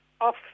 off